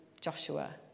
Joshua